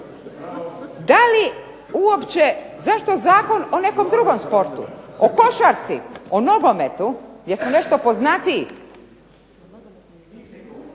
Da li uopće, zašto zakon o nekom drugom sportu? O košarci, o nogometu gdje smo nešto poznatiji?